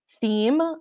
theme